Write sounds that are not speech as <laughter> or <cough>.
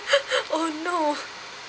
<laughs> oh no